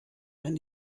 wenn